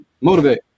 Motivate